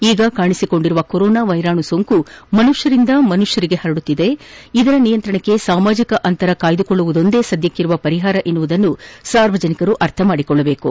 ಈಗ ಕಾಣಿಸಿಕೊಂಡಿರುವ ಕೊರೊನಾ ವೈರಾಣು ಸೋಂಕು ಮನುಷ್ಕರಿಗೆ ವ್ಯಾಪಿಸಲು ಮನುಷ್ಟರೇ ಕಾರಣವಾಗಿದ್ದು ಇದರ ನಿಯಂತ್ರಣಕ್ಕೆ ಸಾಮಾಜಕ ಅಂತರ ಕಾಯ್ದುಕೊಳ್ಳುವುದೊಂದೇ ಸದ್ದಕ್ಕಿರುವ ಪರಿಹಾರ ಎನ್ನುವುದನ್ನು ಸಾರ್ವಜನಿಕರು ಅರ್ಥಮಾಡಿಕೊಳ್ಳಬೇಕು